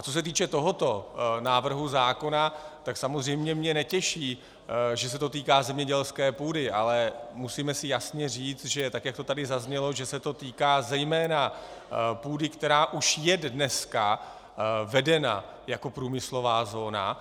Co se týče tohoto návrhu zákona, tak samozřejmě mě netěší, že se to týká zemědělské půdy, ale musíme si jasně říci, tak jak to tady také zaznělo, že se to týká zejména půdy, která už je dneska vedena jako průmyslová zóna.